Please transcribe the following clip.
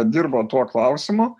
dirba tuo klausimu